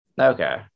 okay